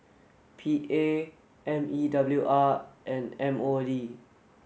P A M E W R and M O D